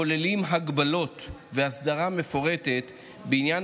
כוללים הגבלות והסדרה מפורטת בעניין